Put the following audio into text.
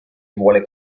vuole